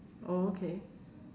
oh okay